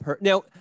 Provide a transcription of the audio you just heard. Now